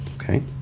Okay